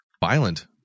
Violent